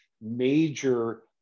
major